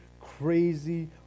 crazy